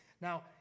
Now